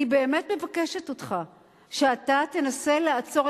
אני באמת מבקשת שאתה תנסה לעצור,